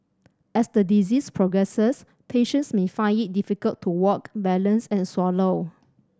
as the disease progresses patients may find it difficult to walk balance and swallow